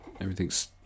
everything's